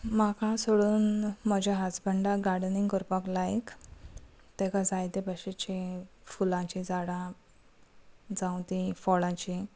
म्हाका सोडून म्हज्या हजबंडाक गार्डनींग करपाक लायक ताका जायते भशेचीं फुलांची झाडां जावं ती फळांची